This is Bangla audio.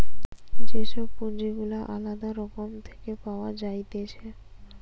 যে সব পুঁজি গুলা আলদা রকম থেকে পাওয়া যাইতেছে